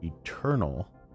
eternal